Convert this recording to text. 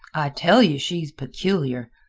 i tell you she's peculiar.